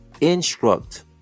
instruct